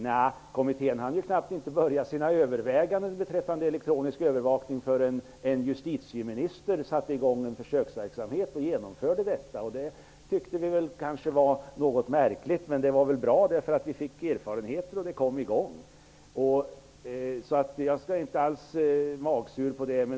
Nja, kommittén hann ju knappt att börja med sina överväganden om elektronisk övervakning förrän den dåvarande justitieministern satte i gång en försöksverksamhet och genomförde detta. Det tyckte vi kanske var något märkligt, men det var ändå bra, eftersom vi fick erfarenhet samtidigt som verksamheten kom i gång. Så jag är inte alls magsur över detta.